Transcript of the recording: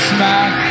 Smack